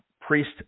Priest